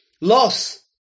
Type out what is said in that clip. loss